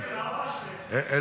אני מזרחי.